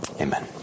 Amen